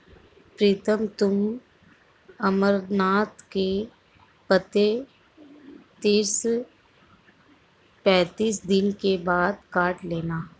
प्रीतम तुम अमरनाथ के पत्ते तीस पैंतीस दिन के बाद काट लेना